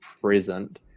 present